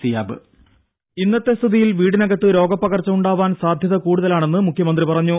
voice ഇന്നത്തെ സ്ഥിതിയിൽ വീടിനകത്ത് രോഗപകർച്ച ഉണ്ടാവാൻ സാധ്യത കൂടുതലാണെന്ന് മുഖ്യമന്ത്രി പറഞ്ഞു